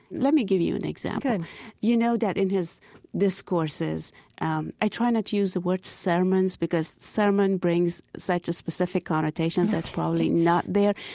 let me give you an example good you know that in his discourses um i try not to use the word sermons because sermon brings such a specific connotation that's probably not there.